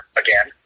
again